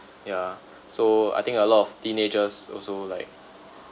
yeah so I think a lot of teenagers also like